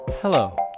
Hello